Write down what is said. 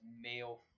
male